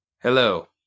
Hello